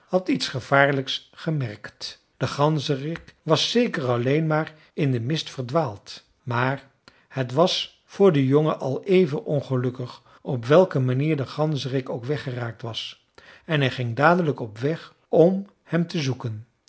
had iets gevaarlijks gemerkt de ganzerik was zeker alleen maar in den mist verdwaald maar het was voor den jongen al even ongelukkig op welke manier de ganzerik ook weggeraakt was en hij ging dadelijk op weg om hem te zoeken